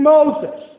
Moses